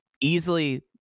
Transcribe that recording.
Easily